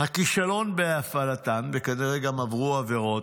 הכישלון בהפעלתן, וכנראה, גם עברו עבירות,